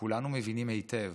וכולנו מבינים היטב